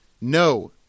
No